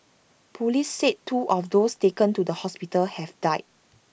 Police said two of those taken to the hospital have died